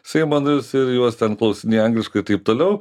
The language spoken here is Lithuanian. seimo narius ir juos ten klausinėja angliškai taip toliau